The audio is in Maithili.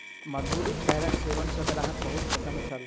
मधुर बेरक सेवन सॅ ग्राहक बहुत प्रसन्न छल